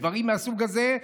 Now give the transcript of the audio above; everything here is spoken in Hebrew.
בדברים מהסוג הזה,